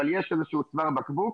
אבל יש איזה שהוא צוואר בקבוק